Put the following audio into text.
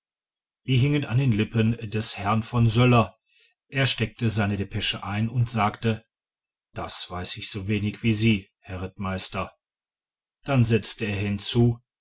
wir hingen an den lippen des herrn von söller er steckte seine depesche ein und sagte das weiß ich so wenig wie sie herr rittmeister dann setzte er hinzu